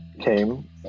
came